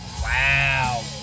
wow